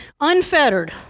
Unfettered